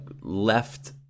left